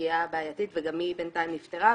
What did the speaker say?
סוגיה בעייתית וגם היא בינתיים נפתרה,